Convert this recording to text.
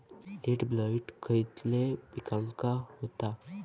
Late blight खयले पिकांका होता?